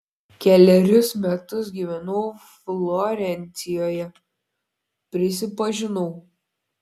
kelerius metus gyvenau florencijoje prisipažinau